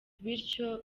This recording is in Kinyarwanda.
bityo